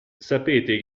sapete